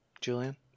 Julian